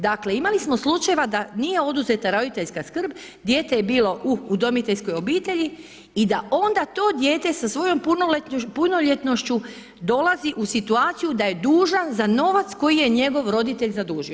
Dakle imali smo slučajeva da nije oduzeta roditeljska skrb, dijete je bilo u udomiteljskoj obitelji i da onda to dijete sa svojom punoljetnošću dolazi u situaciju da je dužan za novac koji ga je njegov roditelj zadužio.